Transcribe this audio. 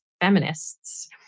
feminists